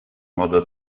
modo